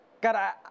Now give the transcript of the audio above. God